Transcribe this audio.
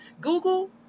Google